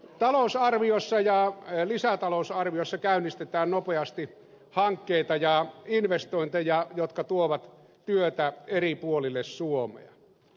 talousarviossa ja lisätalousarviossa käynnistetään nopeasti hankkeita ja investointeja jotka tuovat työtä eri puolille suomea